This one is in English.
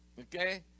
Okay